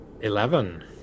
Eleven